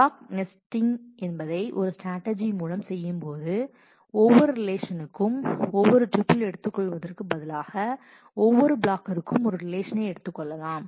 black nesting என்பதை ஒரு strategy மூலம் செய்யும்போது நீங்கள் ஒவ்வொரு ரிலேஷனுக்கும் ஒவ்வொரு டியூபில் எடுத்துக்கொள்வதற்கு பதிலாக ஒவ்வொரு பிளாக்கிற்கும் ஒரு ரிலேஷனை எடுத்து கொள்ளலாம்